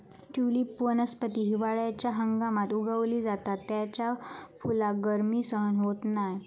tulip वनस्पती हिवाळ्याच्या हंगामात उगवली जाता त्याच्या फुलाक गर्मी सहन होत नाय